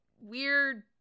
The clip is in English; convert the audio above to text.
weird